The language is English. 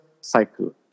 cycle